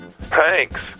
Thanks